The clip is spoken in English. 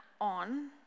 on